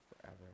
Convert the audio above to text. forever